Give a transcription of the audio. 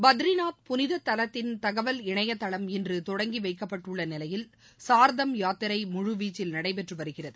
பத்ரிநாத் புனித தலத்தின் தகவல் இணையதளம் இன்று தொடங்கி வைக்கப்பட்டுள்ள நிலையில் சார்தம் யாத்திரை முழுவீச்சில் நடைபெற்று வருகிறது